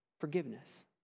forgiveness